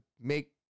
make